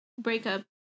breakup